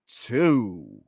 two